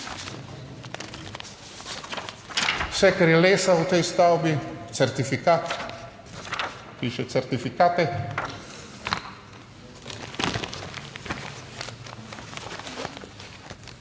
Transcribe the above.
vse kar je lesa v tej stavbi, certifikat, piše certifikate.